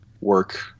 work